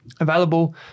available